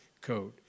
code